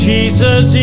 Jesus